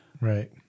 right